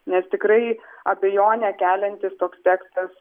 nes tikrai abejonę keliantis toks tekstas